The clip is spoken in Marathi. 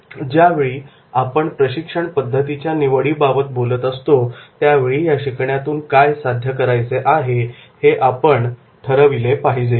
ज्यावेळी आपण प्रशिक्षण पद्धतीच्या निवडीबाबत बोलत असतो त्यावेळी या शिकण्यातुन काय साध्य करायचे आहे हे आपण ठरवले पाहिजे